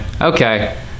okay